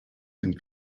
and